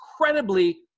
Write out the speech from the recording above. incredibly